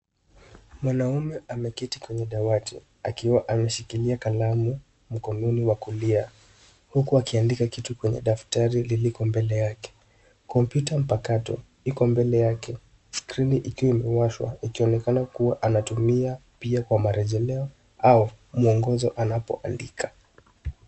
Mwanaume ameketi kwenye dawati akiwa ameshikilia kalamu mkononi wa kulia huku akiandika kiti kwenye daftari liliko mbele yake. Kompyuta mpakato iko mbele yake skrini ikiwa imewashwa ikionekana kuwa anatumia pia kwa marejeleo au mwongozo anapoandika.